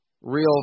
real